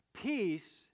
Peace